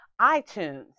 iTunes